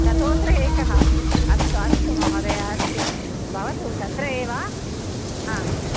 शतोत्तरम् एकः अस्तु अस्तु महोदय अस्तु भवतु तत्र एव हा